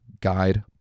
Guide